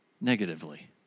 negatively